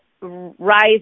rise